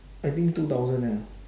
I think two thousand ya